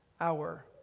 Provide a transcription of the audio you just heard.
hour